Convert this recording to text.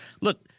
Look